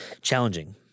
challenging